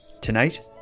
Tonight